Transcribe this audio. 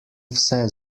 vse